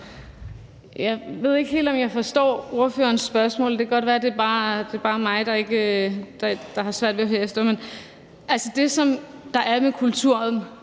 ved jeg ikke helt, om jeg forstår ordførerens spørgsmål. Det kan godt være, at det bare er mig, der har svært ved at høre ordentligt efter. Det, som der er med kulturen,